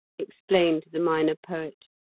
explained the minor poet,